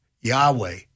Yahweh